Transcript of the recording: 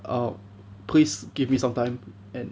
err please give me some time and